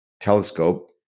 telescope